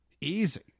Easy